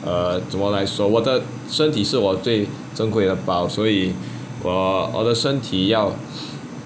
err 怎么来说我的身体是我最珍贵的宝所以我我的身体要